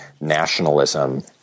nationalism